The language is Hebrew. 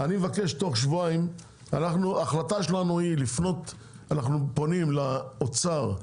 ההחלטה שלנו, אנחנו פונים לאוצר,